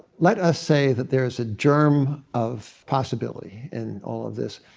let us say that there is a germ of possibility in all of this.